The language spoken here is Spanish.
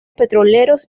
petroleros